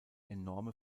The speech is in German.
enorme